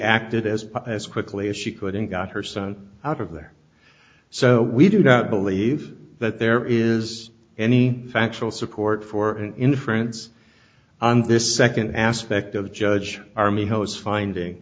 acted as as quickly as she could and got her son out of there so we do not believe that there is any factual support for an inference on this second aspect of judge army has finding